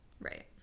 Right